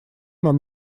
нам